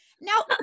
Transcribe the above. Now